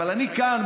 אבל אני כאן,